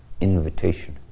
invitation